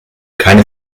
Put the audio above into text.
keine